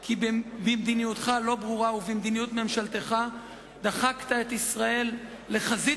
כי במדיניותך הלא-ברורה ובמדיניות ממשלתך דחקת את ישראל לחזית